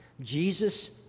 Jesus